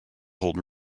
hold